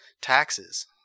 taxes